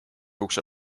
ukse